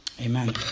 amen